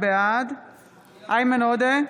בעד איימן עודה,